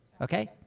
okay